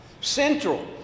Central